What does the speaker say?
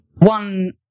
one